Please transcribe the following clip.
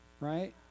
Right